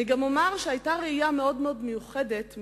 אומר שהיתה ראייה מיוחדת,